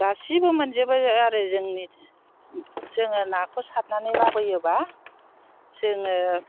गासिबो मोनजोबो आरो जोंनि जोङो नाखौ सारनानै लाबोयोब्ला जोङो